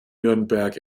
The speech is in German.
nürnberg